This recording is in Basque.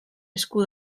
esku